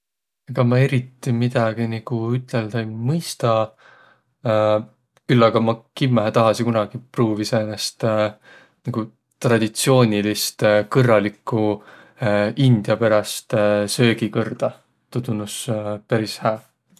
Ega ma eriti nigu midägi üteldäq ei mõistaq. Küll aga ma kimmähe tahasiq kunagi pruuviq säänest nigu traditsioonilist, kõrralikku indiaperäst söögikõrda. Tuu tunnus peris hää.